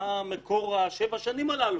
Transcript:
מה מקור שבע השנים הללו?